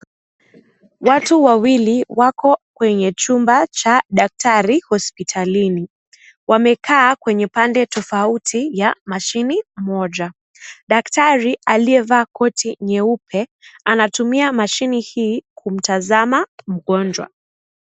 Watu wawili wako kwenye chumba cha daktari hospitalini. Wamekaa kwenye pande tofauti ya mashine moja. Daktari aliyevaa koti nyeupe wanatumia mashine hii kumtazama mgonjwa.